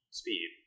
speed